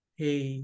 hey